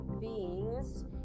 beings